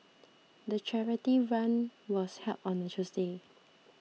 the charity run was held on a Tuesday